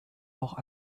auch